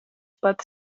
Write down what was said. pati